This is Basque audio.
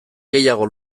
gehiago